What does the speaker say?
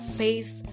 face